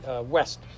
west